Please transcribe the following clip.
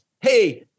Hey